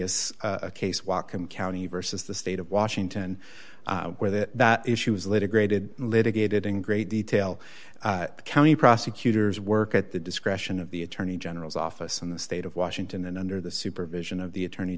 is a case welcome county versus the state of washington where that that issue is later graded litigated in great detail the county prosecutors work at the discretion of the attorney general's office in the state of washington and under the supervision of the attorney